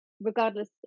regardless